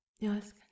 Yes